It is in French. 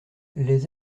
les